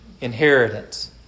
inheritance